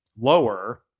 lower